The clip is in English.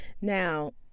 Now